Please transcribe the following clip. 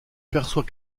perçoit